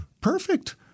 Perfect